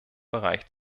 bereich